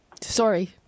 Sorry